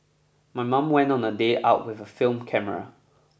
my mom went on a day out with a film camera